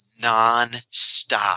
nonstop